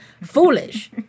foolish